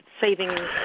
saving